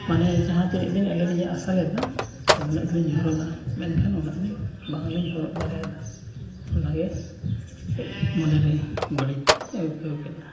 ᱢᱟᱱᱮ ᱡᱟᱦᱟᱸ ᱛᱤᱱ ᱩᱰᱟᱹᱝ ᱟᱹᱞᱤᱧ ᱞᱤᱧ ᱟᱥᱟ ᱞᱮᱫᱟ ᱢᱮᱱᱠᱷᱟᱱ ᱚᱱᱟᱫᱚ ᱵᱟᱝᱞᱤᱧ ᱦᱚᱨᱚᱜ ᱫᱟᱲᱮᱭᱟᱫᱟ ᱚᱱᱟᱜᱮ ᱢᱚᱱᱮᱨᱮ ᱵᱟᱹᱲᱤᱡ ᱟᱹᱭᱠᱟᱹᱣ ᱫᱚ